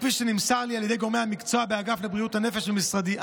כפי שנמסר לי על ידי גורמי המקצוע באגף לבריאות הנפש במשרדי,